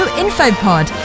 infopod